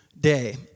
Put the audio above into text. day